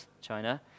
China